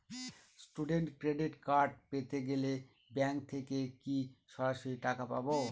Student credit card পেতে গেলে bank থেকে কি সরাসরি টাকা পাবো?